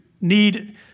need